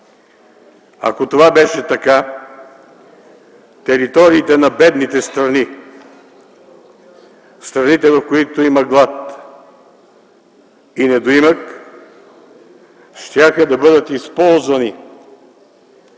Ако това беше така, териториите на бедните страни, страните, в които има глад и недоимък, щяха да бъдат използвани